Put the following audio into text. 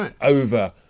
over